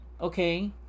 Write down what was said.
okay